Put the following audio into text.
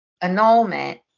annulment